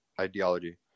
Ideology